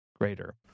greater